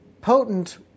potent